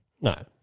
No